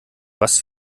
was